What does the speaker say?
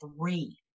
three